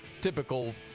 typical